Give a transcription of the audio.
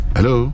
Hello